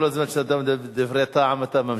כל זמן שאתה מדבר דברי טעם, אתה ממשיך.